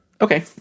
Okay